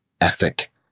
ethic